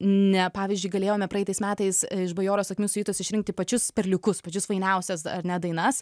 ne pavyzdžiui galėjome praeitais metais iš bajoro sakmių siuitos išrinkti pačius perliukus pačius fainiausias ar ne dainas